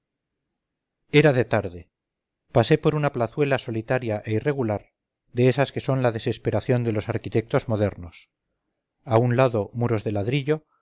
era de tarde pasé por una plazuela irregular solitaria e irregular de esas que son la desesperación de los arquitectos modernos a un lado muros de ladrillo